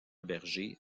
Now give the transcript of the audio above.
berger